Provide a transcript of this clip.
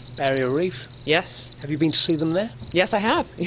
barrier reef? yes. have you been to see them there? yes, i have. yeah